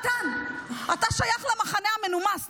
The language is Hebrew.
מתן: אתה שייך למחנה המנומס,